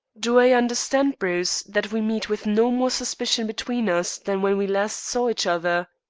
do i understand, bruce, that we meet with no more suspicion between us than when we last saw each other?